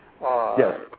Yes